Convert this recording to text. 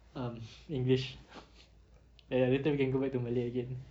um english then later we can go back to malay again